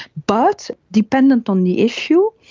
but depended on the issue,